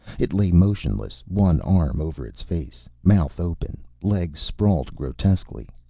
it lay motionless, one arm over its face, mouth open, legs sprawled grotesquely.